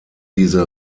diese